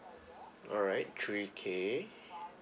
alright three K